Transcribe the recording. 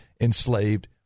enslaved